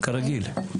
כרגיל.